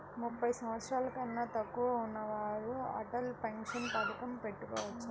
ముప్పై సంవత్సరాలకన్నా తక్కువ ఉన్నవారు అటల్ పెన్షన్ పథకం కట్టుకోవచ్చా?